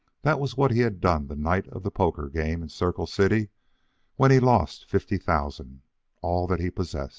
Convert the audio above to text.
that was what he had done the night of the poker-game in circle city when he lost fifty thousand all that he possessed